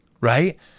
Right